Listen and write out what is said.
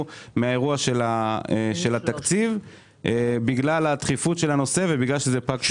מהאירוע של התקציב בגלל הדחיפות של הנושא ובגלל שזה פג תוקף.